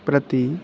प्रति